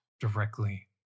directly